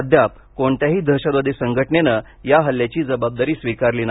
अद्याप कोणत्याही दहशतवादी संघटनेनं या हल्ल्याची जबाबदारी स्वीकारलेली नाही